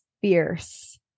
fierce